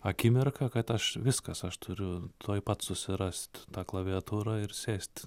akimirką kad aš viskas aš turiu tuoj pat susirast tą klaviatūrą ir sėst